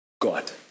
God